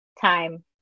time